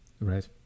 Right